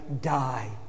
die